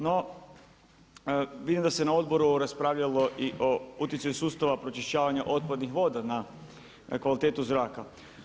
No, vidim da se na odboru raspravljalo i o utjecaju sustava pročišćavanja otpadnih voda na kvalitetu zraka.